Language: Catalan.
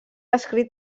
escrit